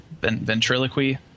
ventriloquy